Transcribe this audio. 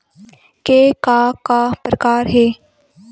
के का का प्रकार हे?